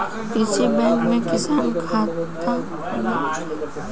कृषि बैंक में किसान खातिर खाता खोलल जाला